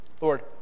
Lord